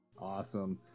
awesome